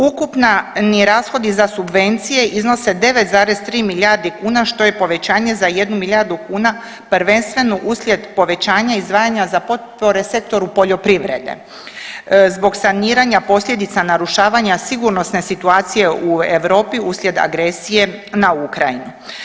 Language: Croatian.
Ukupni rashodi za subvencije iznose 9,3 milijardi kuna što je povećanje za 1 milijardu kuna prvenstveno uslijed povećanja izdvajanja za potpore sektoru poljoprivrede, zbog saniranja posljedica narušavanja sigurnosne situacije u Europi uslijed agresije na Ukrajinu.